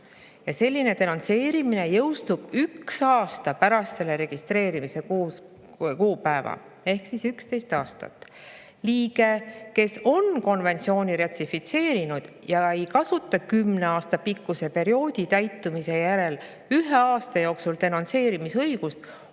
Selline denonsseerimine jõustub üks aasta pärast selle registreerimise kuupäeva. Ehk siis 11 aastat. Liige, kes on konventsiooni ratifitseerinud ja ei kasuta kümne aasta pikkuse perioodi täitumise järel ühe aasta jooksul denonsseerimise õigust,